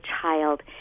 child